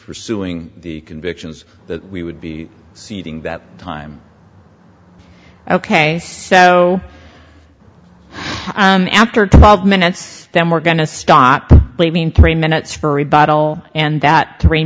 pursuing the convictions that we would be ceding that time ok so after twelve minutes then we're going to stop blaming three minutes for rebuttal and that three